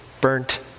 burnt